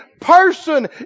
person